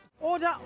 Order